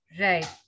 right